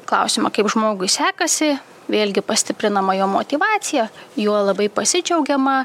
klausiama kaip žmogui sekasi vėlgi pastiprinama jo motyvacija juo labai pasidžiaugiama